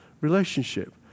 relationship